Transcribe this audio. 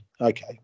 okay